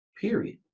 period